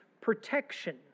protection